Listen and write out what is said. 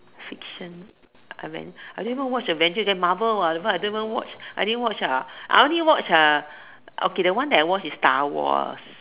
fiction I mean I don't even watch Avengers leh there's Marvel !wah! what so I didn't even watch I didn't watch ah I only watch uh okay the one that I watch is Star-Wars